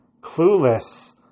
clueless